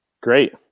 great